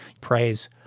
praise